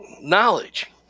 knowledge